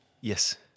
Yes